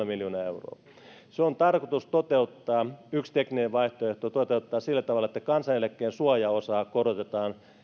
miljoonaa euroa se on tarkoitus toteuttaa yksi tekninen vaihtoehto on toteuttaa se sillä tavalla että kansaneläkkeen suojaosaa korotetaan